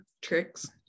tricks